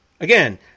Again